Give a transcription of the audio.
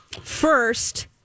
first